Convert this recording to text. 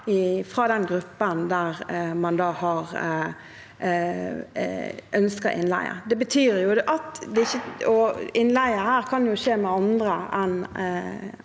fra gruppen der man har ønsket innleie. Innleie kan skje med andre enn